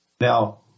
Now